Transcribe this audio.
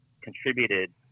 contributed